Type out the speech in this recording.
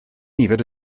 nifer